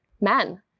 men